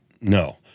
no